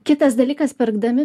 kitas dalykas pirkdami